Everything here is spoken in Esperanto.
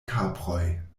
kaproj